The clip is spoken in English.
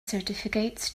certificates